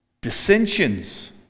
Dissensions